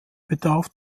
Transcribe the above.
bedarf